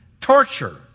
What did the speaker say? torture